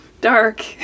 dark